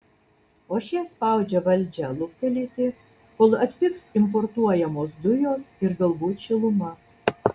o šie spaudžia valdžią luktelėti kol atpigs importuojamos dujos ir galbūt šiluma